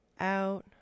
out